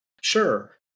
sure